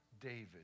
David